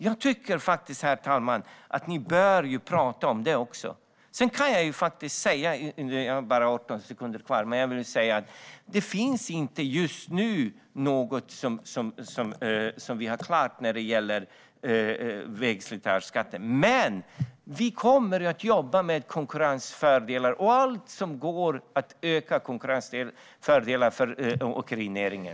Jag tycker faktiskt, herr ålderspresident, att man bör tala även om det. Nu har jag bara 18 sekunders talartid kvar, men jag vill säga att det just nu inte finns något färdigt när det gäller vägslitageskatten. Men vi kommer att jobba med konkurrensfördelar och allt som går när det gäller att öka konkurrensfördelar för åkerinäringen.